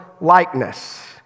likeness